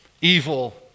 evil